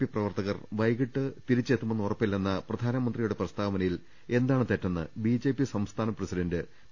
P പ്രവർ ത്തകർ വൈകീട്ട് തിരിച്ചെത്തുമെന്ന് ഉറപ്പില്ലെന്ന പ്രധാനമന്ത്രിയു ടെ പ്രസ്താവനയിൽ എന്താണ് തെറ്റെന്ന് ബി ജെ പി സംസ്ഥാന പ്രസിഡന്റ് പി